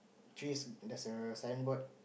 trees there's a signboard